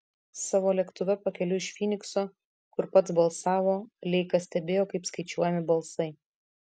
savo lėktuve pakeliui iš fynikso kur pats balsavo leikas stebėjo kaip skaičiuojami balsai